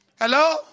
Hello